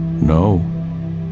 No